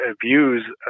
views